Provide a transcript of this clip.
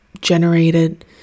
generated